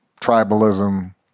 tribalism